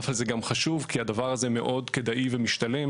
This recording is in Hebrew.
אבל זה גם חשוב כי הדבר הזה מאוד כדאי ומשתלם